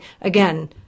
again